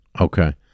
Okay